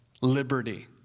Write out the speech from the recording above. liberty